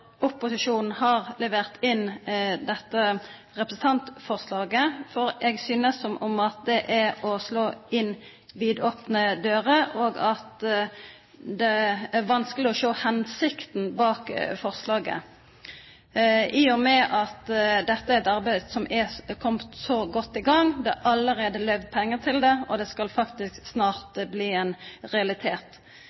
opposisjonen har levert inn dette representantforslaget, for det synes som om det er å slå inn vidåpne dører. Det er vanskelig å se hensikten bak forslaget, i og med at dette er et arbeid som er kommet så godt i gang – det er allerede bevilget penger til det – og det faktisk snart